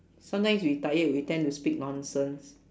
sometimes we tired we tend to speak nonsense